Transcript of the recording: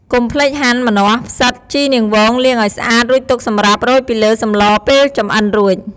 កុំភ្លេចហាន់ ម្នាស់ ផ្សិត ជីនាងវង លាងឱ្យស្អាត រួចទុកសម្រាប់រោយពីលើសម្លពេលចម្អិនរួច។